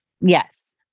Yes